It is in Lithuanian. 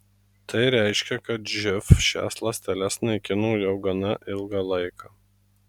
tai reiškia kad živ šias ląsteles naikino jau gana ilgą laiką